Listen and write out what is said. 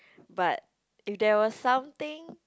but if there was something